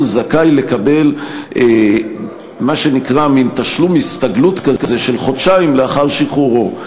זכאי לקבל מה שנקרא מין תשלום הסתגלות כזה של חודשיים לאחר שחרורו.